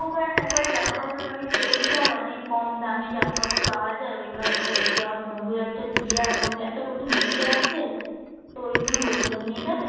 ওখানে না ওখানে জামা কাপড়ে অনেক সেল দিচ্ছে আর অনেক কম দামে জামা কাপড় পাওয়া যায় ওই কারণে বলছি আমার বন্ধুদের তো বিয়ে আর বন্ধু একটা বন্ধুর বিয়ে আছে তো ওই জন্য বলছিলাম নিয়ে যাবে